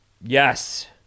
yes